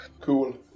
Cool